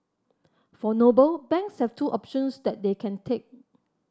for Noble banks have two options that they can take